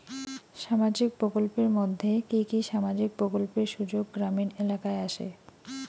সামাজিক প্রকল্পের মধ্যে কি কি সামাজিক প্রকল্পের সুযোগ গ্রামীণ এলাকায় আসে?